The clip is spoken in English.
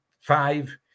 five